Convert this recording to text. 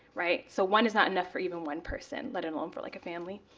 right? so one is not enough for even one person, let alone for like a family.